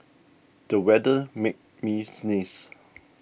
the weather made me sneeze